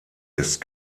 ist